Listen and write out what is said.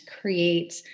create